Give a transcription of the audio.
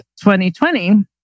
2020